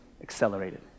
accelerated